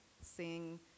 seeing